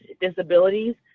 disabilities